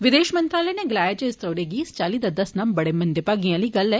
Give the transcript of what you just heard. विदेष मंत्रालय नै गलाया जे इस दौरे गी इस चाल्ली दा दस्सना बड़ा मंदें भागें आली गल्ल ऐ